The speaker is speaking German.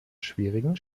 schwierigen